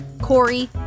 Corey